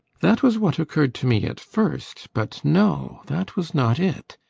that was what occurred to me at first. but no, that was not it.